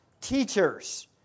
teachers